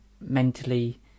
mentally